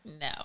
no